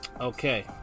Okay